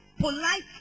polite